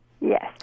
Yes